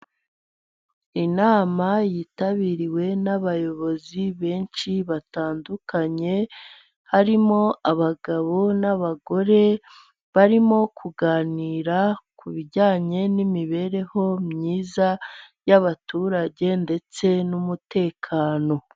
Inama yitabiriwe n'abayobozi benshi batandukanye, harimo abagabo n'abagore, barimo kuganira ku bijyanye n'imibereho myiza y'abaturage, ndetse n'umutekano.